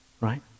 Right